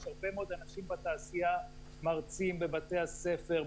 יש הרבה מאוד אנשים בתעשייה מרצים בבתי הספר,